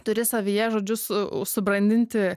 turi savyje žodžiu su subrandinti